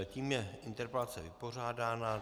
Tím je interpelace vypořádána.